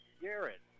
Garrett